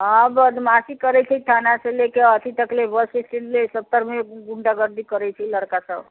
हँ बदमाशी करैत छै थाना से लेके अथि तक ले बस स्टैण्ड ले सभतरमे गुण्डागर्दी करैत छै लड़का सभ